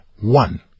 one